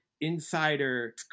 insider